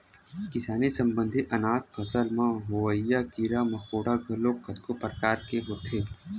किसानी संबंधित अनाज फसल म होवइया कीरा मकोरा घलोक कतको परकार के होथे